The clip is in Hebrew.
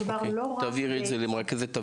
מדובר לא רק --- תעבירי את זה למרכזת הוועדה,